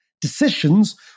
decisions